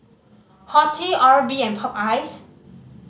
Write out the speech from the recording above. Horti Oral B and Popeyes